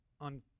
on